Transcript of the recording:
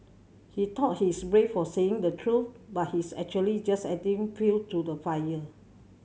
he thought he's brave for saying the truth but he's actually just adding fuel to the fire